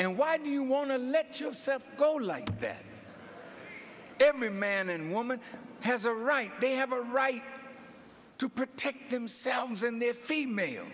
and why do you want to let yourself go like that every man and woman has a right they have a right to protect themselves in their female